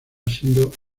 siendo